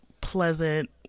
pleasant